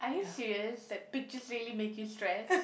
are you serious that pictures really make you stress